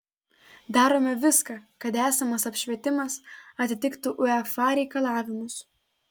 darome viską kad esamas apšvietimas atitiktų uefa reikalavimus